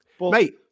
Mate